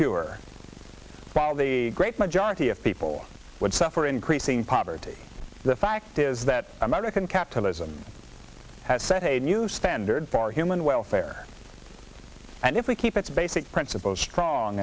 fewer while the great majority of people would suffer increasing poverty the fact is that american capitalism has set a new standard for human welfare and if we keep its basic principles strong